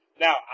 Now